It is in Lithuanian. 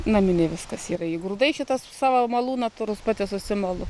naminiai viskas yra į grūdai šitas savo malūną turiu pati susimalu